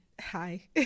hi